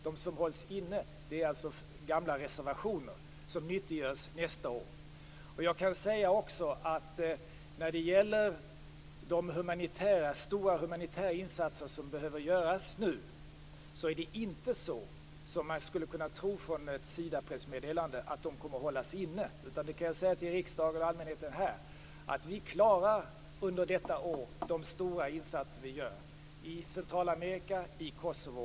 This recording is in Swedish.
De som hålls inne är gamla reservationer som nyttiggörs nästa år. Jag kan också säga att när det gäller de stora humanitära insatser som behövs nu är det inte så, som man skulle kunna tro från ett Sidapressmeddelande, att de kommer att hållas inne, utan jag kan säga till kammaren att vi kommer under detta år att klara de stora insatser vi gör i Centralamerika och i Kosovo.